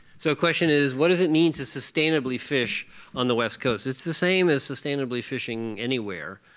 so question is what does it mean to sustainably fish on the west coast. it's the same as sustainably fishing anywhere.